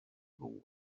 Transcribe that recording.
ddŵr